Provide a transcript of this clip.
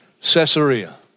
Caesarea